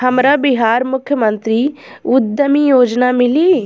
हमरा बिहार मुख्यमंत्री उद्यमी योजना मिली?